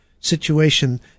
Situation